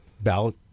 ballot